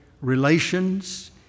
relations